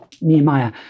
Nehemiah